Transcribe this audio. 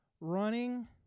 running